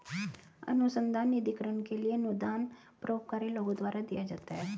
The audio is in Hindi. अनुसंधान निधिकरण के लिए अनुदान परोपकारी लोगों द्वारा दिया जाता है